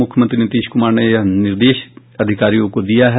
मुख्यमंत्री नीतीश कुमार ने यह निर्देश अधिकारियों को दिया है